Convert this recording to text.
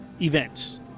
events